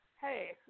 hey